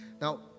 Now